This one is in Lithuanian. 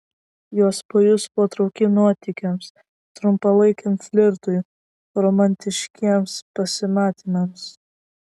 jos pajus potraukį nuotykiams trumpalaikiam flirtui romantiškiems pasimatymams